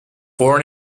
born